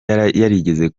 yarigeze